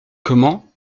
comment